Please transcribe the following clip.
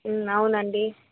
అవునండీ